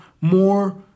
more